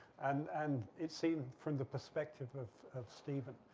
and and it seemed from the perspective of stephen,